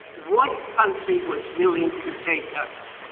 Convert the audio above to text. what country was willing to take us?